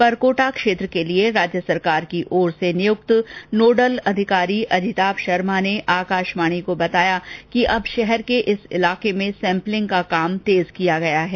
परकोटा क्षेत्र के लिए राज्य सरकार की ओर से नियुक्त नोडल अधिकारी अजिताभ शर्मा ने बताया कि अब शहर के इस इलाके में सैम्पलिंग का काम तेज किया गया है